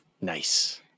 Nice